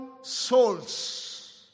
souls